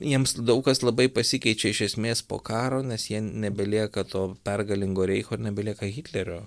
jiems daug kas labai pasikeičia iš esmės po karo nes jie nebelieka to pergalingo reicho ir nebelieka hitlerio